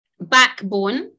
backbone